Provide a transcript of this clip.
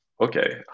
okay